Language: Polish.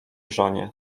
żonie